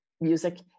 music